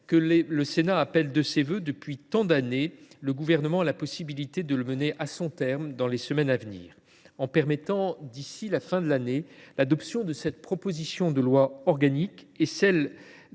que le Sénat appelle de ses vœux depuis tant d’années, le Gouvernement a la possibilité de la mener à son terme au cours des semaines à venir, en permettant, d’ici à la fin de l’année, l’adoption définitive de cette proposition de loi organique et de la